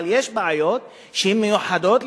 אבל יש בעיות שהן מיוחדות,